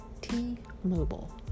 t-mobile